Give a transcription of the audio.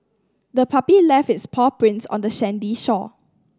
the puppy left its paw prints on the sandy shore